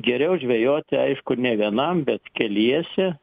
geriau žvejoti aišku ne vienam bet keliese